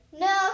No